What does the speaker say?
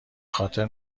خاطر